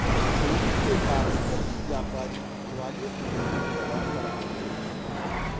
Covid के कारण कई व्यापारी दिवालिया होने की कगार पर आ गए हैं